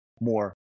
more